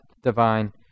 divine